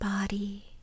body